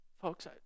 Folks